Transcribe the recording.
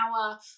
power